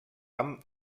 amb